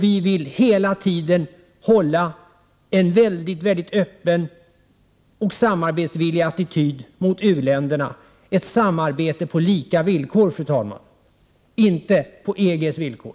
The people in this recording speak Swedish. Vi vill hela tiden hålla en öppen och samarbetsvillig attityd mot u-länderna — för ett samarbete på lika villkor, fru talman, inte på EG:s villkor.